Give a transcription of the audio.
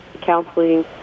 counseling